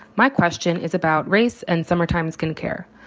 my question is about race and summertime skin care.